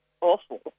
awful